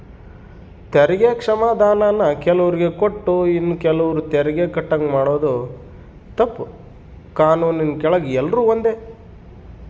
ತೆರಿಗೆ ಕ್ಷಮಾಧಾನಾನ ಕೆಲುವ್ರಿಗೆ ಕೊಟ್ಟು ಇನ್ನ ಕೆಲುವ್ರು ತೆರಿಗೆ ಕಟ್ಟಂಗ ಮಾಡಾದು ತಪ್ಪು, ಕಾನೂನಿನ್ ಕೆಳಗ ಎಲ್ರೂ ಒಂದೇ